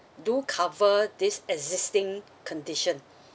do cover this existing condition